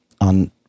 on